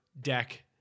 deck